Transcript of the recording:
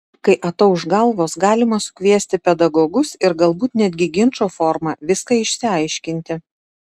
kai atauš galvos galima sukviesti pedagogus ir galbūt netgi ginčo forma viską išsiaiškinti